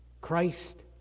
Christ